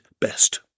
best